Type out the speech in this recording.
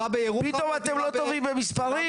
פתאום אתם לא טובים במספרים?